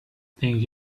things